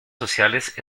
sociales